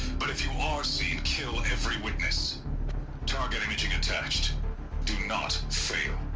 but if you are seen, kill every witness target imaging attached do not. fail